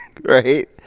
right